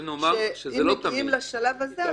שאם מגיעים לשלב הזה,